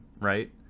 right